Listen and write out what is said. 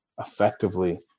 effectively